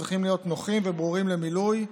צריכים להיות נוחים וברורים למילוי,